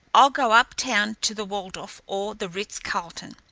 i'll go up town to the waldorf or the ritz carlton.